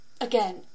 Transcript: Again